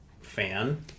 fan